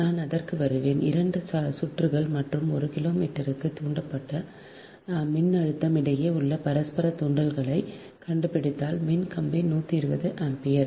நான் அதற்கு வருவேன் 2 சுற்றுகள் மற்றும் ஒரு கிலோமீட்டருக்கு தூண்டப்பட்ட மின்னழுத்தம் இடையே உள்ள பரஸ்பர தூண்டலைக் கண்டுபிடித்தால் மின் கம்பி 120 ஆம்பியர்